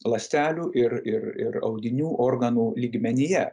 ląstelių ir ir ir audinių organų lygmenyje